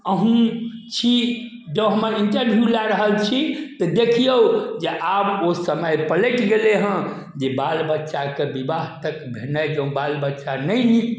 अहू छी जँ हमर इंटरव्यू लै रहल छी तऽ देखियौ जे आब ओ समय पलैटि गेलै हँ जे बाल बच्चाके विवाह तक भेनाइ जँ बाल बच्चा नहि नीक